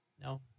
No